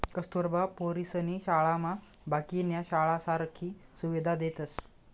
कस्तुरबा पोरीसनी शाळामा बाकीन्या शाळासारखी सुविधा देतस